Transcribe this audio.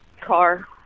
car